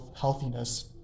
healthiness